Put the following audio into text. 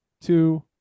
two